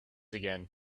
again